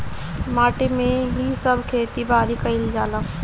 माटी में ही सब खेती बारी कईल जाला